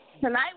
Tonight